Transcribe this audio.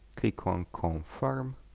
click on confirm